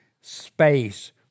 space